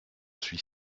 suis